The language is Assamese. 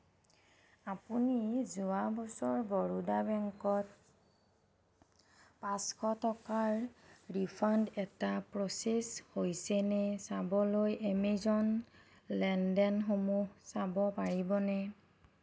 আপুনি যোৱা বছৰ বৰোদা বেংকত পাঁচশ টকাৰ ৰিফাণ্ড এটা প্ৰচেছ হৈছে নে চাবলৈ এমেজন লেনদেনসমূহ চাব পাৰিবনে